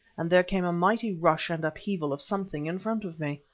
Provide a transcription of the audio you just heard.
and there came a mighty rush and upheaval of something in front of me.